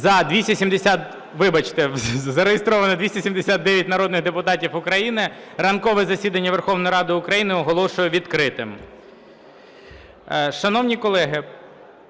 10:11:34 Зареєстровано 279 народних депутатів України. Ранкове засідання Верховної Ради України оголошую відкритим.